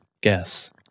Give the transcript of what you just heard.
Guess